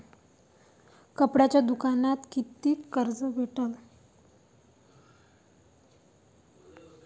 कापडाच्या दुकानासाठी कितीक कर्ज भेटन?